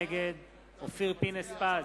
בעד אהוד ברק,